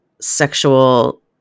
sexual